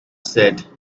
said